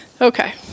Okay